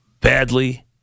badly